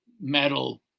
metal